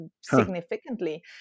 significantly